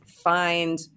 find